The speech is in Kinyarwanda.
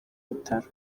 bitaro